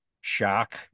shock